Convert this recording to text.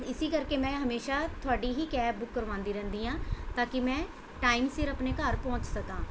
ਇਸ ਕਰਕੇ ਮੈਂ ਹਮੇਸ਼ਾਂ ਤੁਹਾਡੀ ਹੀ ਕੈਬ ਬੁੱਕ ਕਰਵਾਉਂਦੀ ਰਹਿੰਦੀ ਹਾਂ ਤਾਂ ਕਿ ਮੈਂ ਟਾਈਮ ਸਿਰ ਆਪਣੇ ਘਰ ਪਹੁੰਚ ਸਕਾਂ